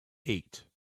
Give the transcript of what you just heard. eight